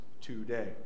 today